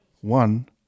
one